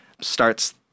starts